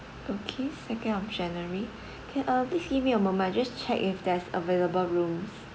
okay second of january okay uh please give me a moment I just check if there's available rooms